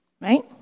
right